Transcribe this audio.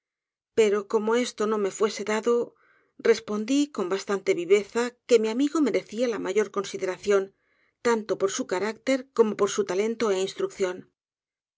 pero como esto no me fuese dado respondí con bastante viveza que mi amigo merecía la mayor consideración tanto por su carácter como por su talento é instrucción